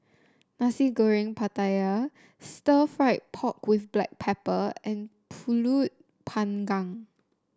Nasi Goreng Pattaya Stir Fried Pork with Black Pepper and pulut Panggang